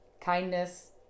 kindness